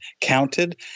counted